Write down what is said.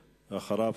ואחריו,